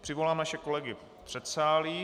Přivolám naše kolegy z předsálí.